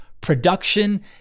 production